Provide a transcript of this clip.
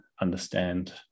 understand